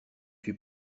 suis